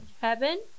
heaven